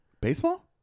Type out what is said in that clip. Baseball